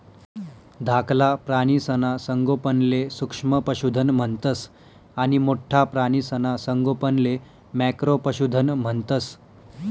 धाकला प्राणीसना संगोपनले सूक्ष्म पशुधन म्हणतंस आणि मोठ्ठा प्राणीसना संगोपनले मॅक्रो पशुधन म्हणतंस